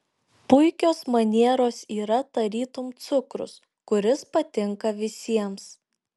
puikios manieros yra tarytum cukrus kuris patinka visiems